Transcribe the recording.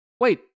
Wait